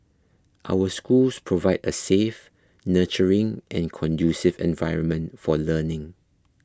our schools provide a safe nurturing and conducive environment for learning